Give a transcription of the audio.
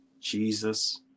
Jesus